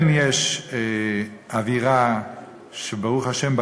כן יש אווירה שברוך השם,